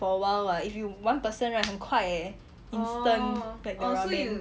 for awhile [what] if you one person right 很快 instant